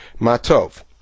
ma'tov